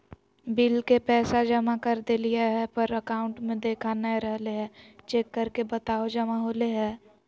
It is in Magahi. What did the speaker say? बिल के पैसा जमा कर देलियाय है पर अकाउंट में देखा नय रहले है, चेक करके बताहो जमा होले है?